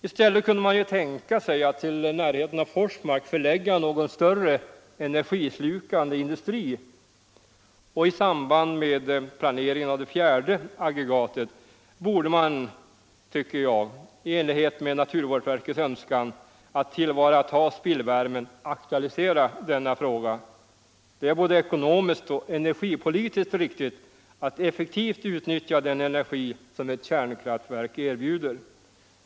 I stället kunde man ju tänka sig att till närheten av Forsmark förlägga någon större energislukande industri. I samband med planeringen av det fjärde aggregatet borde man i enlighet med naturvårdsverkets önskan att tillvarata spillvärmen aktualisera denna fråga. Det är både ekonomiskt och energipolitiskt riktigt att effektivt utnyttja den energi som ett kärnkraftverk erbjuder.